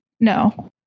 No